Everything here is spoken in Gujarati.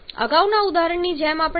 અગાઉના ઉદાહરણની જેમ જો આપણે 12